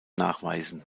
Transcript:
nachweisen